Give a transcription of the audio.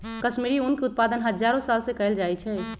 कश्मीरी ऊन के उत्पादन हजारो साल से कएल जाइ छइ